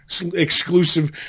exclusive